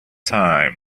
time